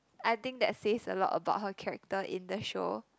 I think that says a lot about her character in the show